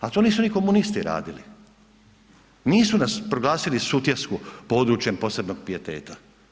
A to nisu ni komunisti radili, nisu nas, proglasili Sutjesku područjem posebnog pijeteta.